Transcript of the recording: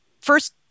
first